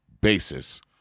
basis